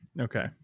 Okay